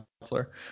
counselor